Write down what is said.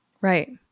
right